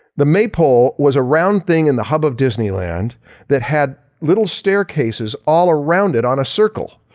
the maypole was a round thing in the hub of disneyland that had little staircases all around it on a circle,